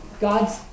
God's